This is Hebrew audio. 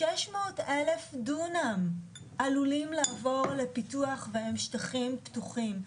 שש מאות אלף דונם עלולים לעבור לפיתוח והם שטחים פתוחים.